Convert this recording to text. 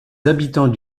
habitants